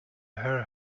her